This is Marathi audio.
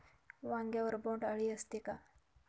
वांग्यावर बोंडअळी असते का?